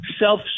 self